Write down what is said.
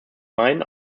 meinen